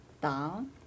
down